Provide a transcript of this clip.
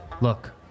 Look